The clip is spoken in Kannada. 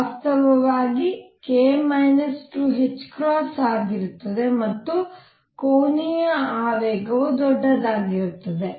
ವಾಸ್ತವವಾಗಿ k 2 ಆಗಿರುತ್ತದೆ ಮತ್ತು ಕೋನೀಯ ಆವೇಗವು ದೊಡ್ಡದಾಗಿರುತ್ತದೆ